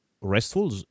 restful